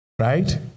right